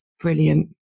brilliant